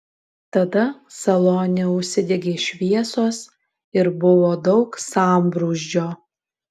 tada salone užsidegė šviesos ir buvo daug sambrūzdžio